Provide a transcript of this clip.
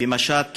במשט לעזה,